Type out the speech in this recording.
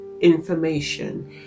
information